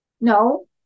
No